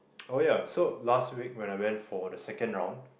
oh yeah so last week when I went for the second round